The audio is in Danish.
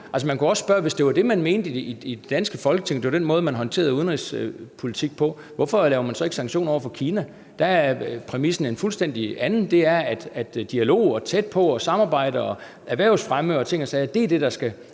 Man kunne også spørge: Hvis det er det, man mener i det danske Folketing, og hvis det er den måde, man håndterer udenrigspolitik på, hvorfor laver man så ikke sanktioner over for Kina? Der er præmissen en fuldstændig anden, nemlig at dialog, samarbejde, erhvervsfremme og ting og sager er det, der skal